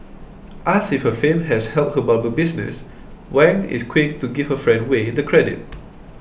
asked if her fame has helped her barber business Wang is quick to give her friend Way the credit